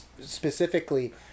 specifically